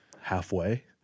halfway